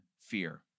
fear